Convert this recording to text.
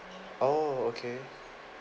oh okay